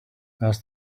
asked